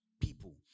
people